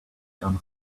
gonna